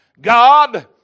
God